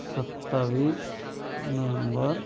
सत्तावीस नोएंबर